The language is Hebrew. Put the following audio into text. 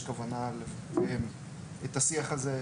יש כוונה לקיים את השיח הזה,